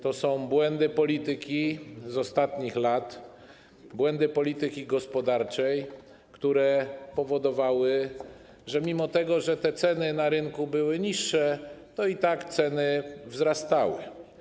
To są błędy polityki z ostatnich lat, błędy polityki gospodarczej, które powodowały, że mimo że te ceny na rynku były niższe, to i tak ceny wzrastały.